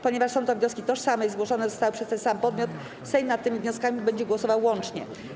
Ponieważ są to wnioski tożsame i zgłoszone zostały przez ten sam podmiot Sejm nad tymi wnioskami będzie głosował łącznie.